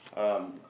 um